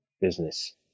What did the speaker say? business